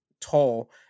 tall